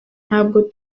ntabwo